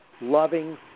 loving